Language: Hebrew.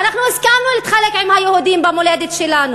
ואנחנו הסכמנו להתחלק עם היהודים במולדת שלנו,